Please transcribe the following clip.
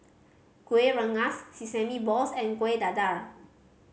Kuih Rengas sesame balls and Kueh Dadar